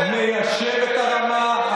אנחנו ניישב את הרמה.